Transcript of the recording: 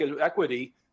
equity